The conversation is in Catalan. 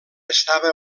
estava